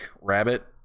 rabbit